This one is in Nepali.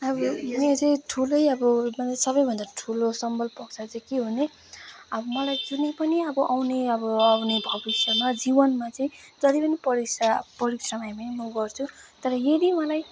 अब यो मेरो चाहिँ ठुलै अब सबैभन्दा ठुलै सबल पक्ष चाहिँ के हो भने अब मलाई जुनै पनि अब आउने अब आउने भविष्यमा जीवनमा चाहिँ जति पनि परिक्षा परिश्रम आयो भने म गर्छु तर यदि मलाई